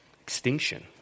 extinction